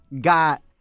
got